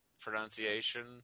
pronunciation